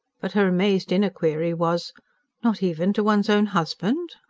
but her amazed inner query was not even to one's own husband?